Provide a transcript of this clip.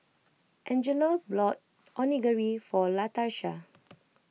Angelo brought Onigiri for Latarsha